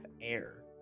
air